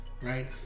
right